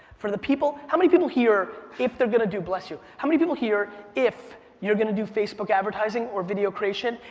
for the people, how many people here, if they're gonna do, bless you, how many people here, if you're gonna do facebook advertising or video creation,